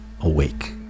awake